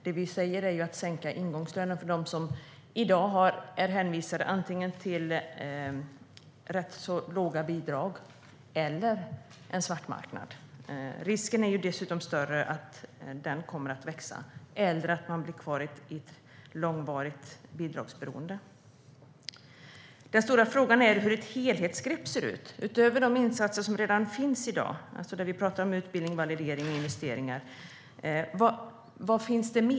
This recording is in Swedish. Det vi talar om är att sänka ingångslönen för dem som i dag är hänvisade till rätt så låga bidrag eller till en svartmarknad. Det är dessutom stor risk att denna marknad kommer att växa samt att människor blir kvar i långvarigt bidragsberoende. Den stora frågan är hur helhetsgreppet ska se ut. Vad finns det mer, utöver de insatser som redan finns i dag i fråga om utbildning, validering och investeringar?